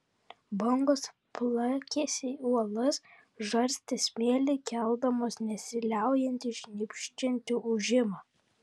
bangos plakėsi į uolas žarstė smėlį keldamos nesiliaujantį šnypščiantį ūžimą